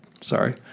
sorry